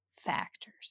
factors